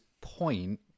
point